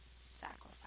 sacrifice